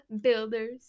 Builders